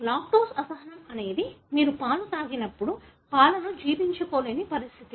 lactose అసహనం అనేది మీరు పాలు తాగినప్పుడు పాలను జీర్ణించుకోలేని పరిస్థితి